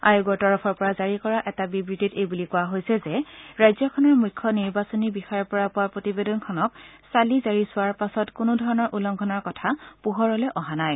আয়োগৰ তৰফৰ পৰা জাৰি কৰা এটা বিবৃতিত এই বুলি কোৱা হৈছে যে ৰাজ্যখনৰ মুখ্য নিৰ্বাচনী বিষয়াৰ পৰা পোৱা প্ৰতিবেদনখনক চালি জাৰি চোৱাৰ পাছত কোনোধৰণৰ উলংঘনৰ কথা পোহৰলৈ অহা নাই